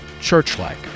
church-like